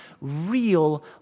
real